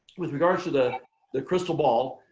with regards to the the crystal ball,